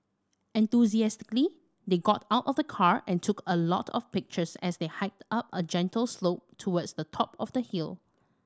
enthusiastically they got out of the car and took a lot of pictures as they hiked up a gentle slope towards the top of the hill